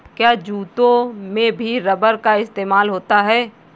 क्या जूतों में भी रबर का इस्तेमाल होता है?